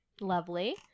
Lovely